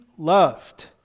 Loved